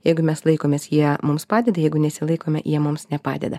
jeigu mes laikomės jie mums padeda jeigu nesilaikome jie mums nepadeda